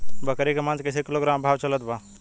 बकरी के मांस कईसे किलोग्राम भाव चलत बा?